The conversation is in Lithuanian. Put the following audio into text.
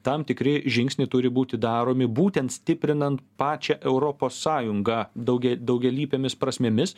tam tikri žingsniai turi būti daromi būtent stiprinant pačią europos sąjungą daug daugialypėmis prasmėmis